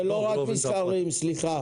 זה לא רק מסחריים, סליחה.